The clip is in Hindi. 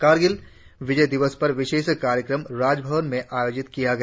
कारगिल विजय दिवस पर विशेष कार्यक्रम राजभवन में आयोजित किया गया